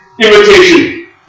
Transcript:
imitation